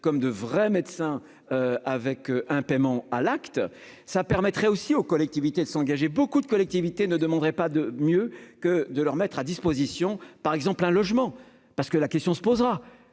comme de vrais médecins, avec un paiement à l'acte, ça permettrait aussi aux collectivités de s'engager beaucoup de collectivités ne demanderait pas de mieux que de leur mettre à disposition, par exemple, un logement parce que la question se posera